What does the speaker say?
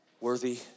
worthy